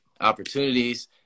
opportunities